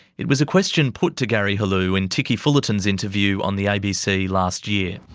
it was a question put to gary helou in ticky fullerton's interview on the abc last year.